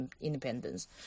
independence